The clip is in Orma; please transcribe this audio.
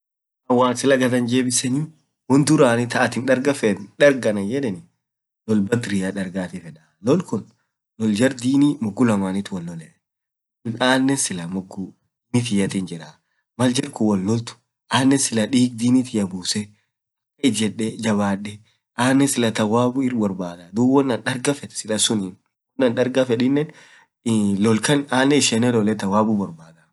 woo silah gadd anjebisenii woan atin dargaa feet darr anan yedeen, loal badiria dargatii fedaa, loal kuun loal jar dinii mogu lamaanit woalola anen clah garr dinii tiyyatin jiraa maal jarkuun woloalt dinii tiyaa ijedee jabadee, anen clah tawabuu irrborbadaa sunif loal badria dargaa fedaa, wonan dargafedufinen anen clah ishene lolee tawabu. ....borbadaa.